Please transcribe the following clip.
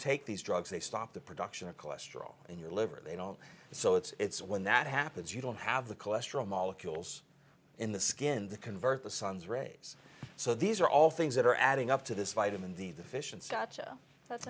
take these drugs they stop the production of cholesterol in your liver they don't so it's when that happens you don't have the cholesterol molecules in the skin the convert the sun's rays so these are all things that are adding up to this vitamin d deficiency gotcha that's